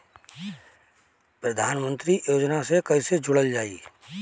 प्रधानमंत्री योजना से कैसे जुड़ल जाइ?